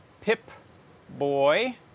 Pip-Boy